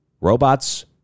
Robots